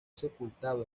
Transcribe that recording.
sepultado